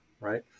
right